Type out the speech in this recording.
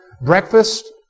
breakfast